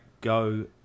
go